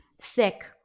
sick